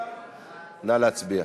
נא להצביע.